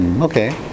okay